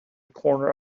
corner